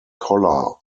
collar